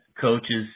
coaches